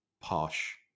posh